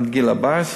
עד גיל 14,